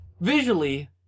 visually